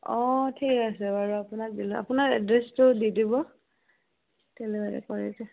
অঁ ঠিক আছে বাৰু আপোনাক দিলোঁ আপোনাৰ এড্ৰেছটো দি দিব ডেলিভাৰী কৰি দিম